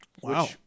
Wow